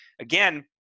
Again